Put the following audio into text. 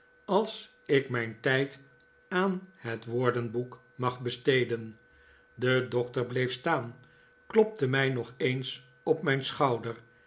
als ik mijn tijd aan het woordenboek mag besteden de doctor bleef staan klopte mij nog eens op mijn schouder